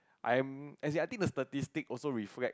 I'm as in I think statistic also reflect